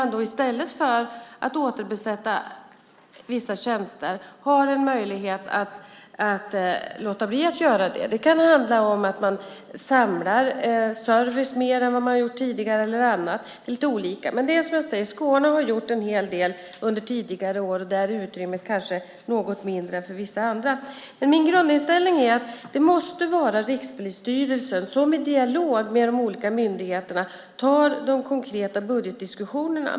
I stället för att återbesätta vissa tjänster har man en möjlighet att låta bli att göra det. Det kan handla om att man samlar service mer än vad man har gjort tidigare eller något annat; det är lite olika. Men det är som jag säger - i Skåne har man gjort en hel del under tidigare år, och där är utrymmet kanske något mindre än för vissa andra. Min grundinställning är att det måste vara Rikspolisstyrelsen som i dialog med de olika myndigheterna tar de konkreta budgetdiskussionerna.